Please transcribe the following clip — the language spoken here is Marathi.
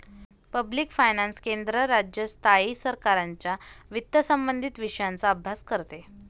पब्लिक फायनान्स केंद्र, राज्य, स्थायी सरकारांच्या वित्तसंबंधित विषयांचा अभ्यास करते